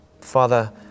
Father